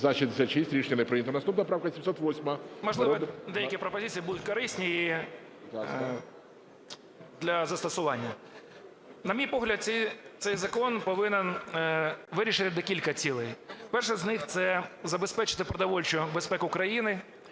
За-66 Рішення не прийнято. Наступна правка 708-а. 11:25:14 КАЛЬЦЕВ В.Ф. Можливо, деякі пропозиції будуть корисні для застосування. На мій погляд, цей закон повинен вирішити кілька цілей. Перша з них – це забезпечити продовольчу безпеку країни.